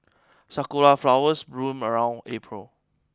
sakura flowers bloom around April